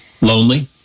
Lonely